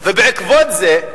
בעקבות זה,